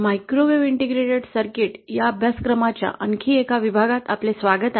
microwave integrated circuit या अभ्यासक्रमाच्या आणखी एका विभागात आपले स्वागत आहे